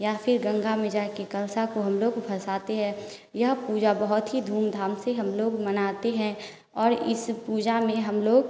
या फिर गंगा में जा के कलसा को हम लोग फसाते हैं यह पूजा बहुत ही धूमधाम से हम लोग मनाते हैं और इस पूजा में हम लोग